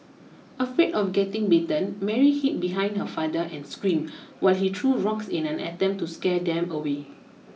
afraid of getting bitten Mary hid behind her father and screamed while he threw rocks in an attempt to scare them away